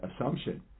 assumption